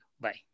Bye